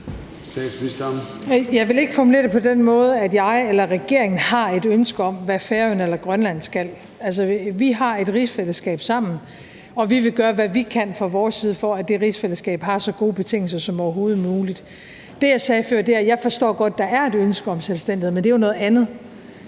Frederiksen): Jeg vil ikke formulere det på den måde, at jeg eller regeringen har et ønske om, hvad Færøerne eller Grønland skal. Vi har et rigsfællesskab sammen, og vi vil gøre, hvad vi kan fra vores side, for at det rigsfællesskab har så gode betingelser som overhovedet muligt. Det, jeg sagde før, er, at jeg godt forstår, at der er et ønske om selvstændighed, men det er jo noget andet.